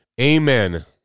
Amen